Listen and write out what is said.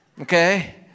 Okay